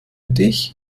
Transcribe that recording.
dich